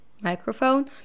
microphone